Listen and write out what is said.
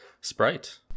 sprite